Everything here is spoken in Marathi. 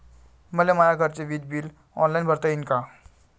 मले माया घरचे विज बिल ऑनलाईन भरता येईन का?